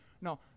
no